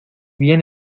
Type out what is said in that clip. bien